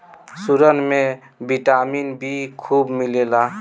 सुरन में vitamin B खूब मिलेला